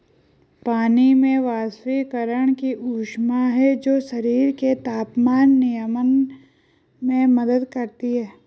पानी में वाष्पीकरण की ऊष्मा है जो शरीर के तापमान नियमन में मदद करती है